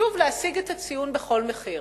שוב, להשיג את הציון בכל מחיר,